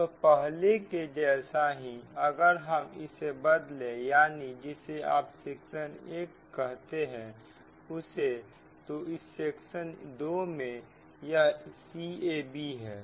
अब पहले के जैसा ही अगर हम इसे बदले यानी जिसे आप सेक्शन 1 कहते हैं उसे तो इस सेक्शन 2 में यह c a b है